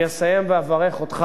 אני אסיים ואברך אותך,